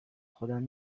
خودم